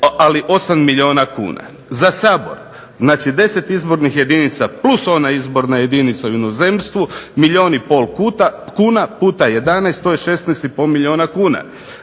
ali 8 milijuna kuna. Za Sabor znači 10 izbornih jedinica, plus ona izborna jedinica u inozemstvu milijun i pol kuna puta 11, to je 16,5 milijuna kuna.